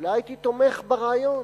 אולי הייתי תומך ברעיון.